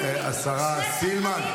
שני שקרנים --- השרה סילמן,